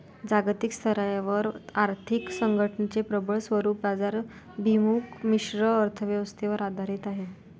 जागतिक स्तरावर आर्थिक संघटनेचे प्रबळ स्वरूप बाजाराभिमुख मिश्र अर्थ व्यवस्थेवर आधारित आहे